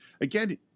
again